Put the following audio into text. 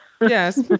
Yes